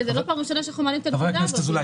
שזאת לא פעם ראשונה שאנחנו מעלים את הנקודה הזאת.